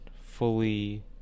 fully